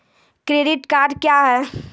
Credit card क्या हैं?